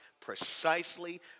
precisely